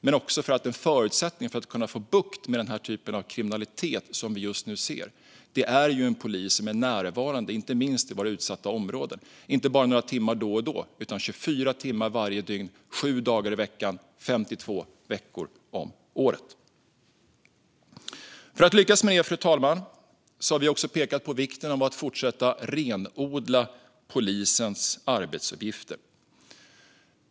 Men det är också en förutsättning för att få bukt med den typ av kriminalitet som vi just nu ser att vi har en polis som är närvarande, inte minst i våra utsatta områden, inte bara några timmar då och då utan 24 timmar varje dygn, 7 dagar i veckan, 52 veckor om året. För att lyckas med det, fru talman, har vi också pekat på vikten av att fortsätta att renodla polisens arbetsuppgifter.